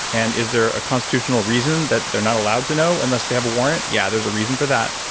and is there a constitutional reason that they're not allowed to know, unless they have a warrant? yeah, there's a reason for that.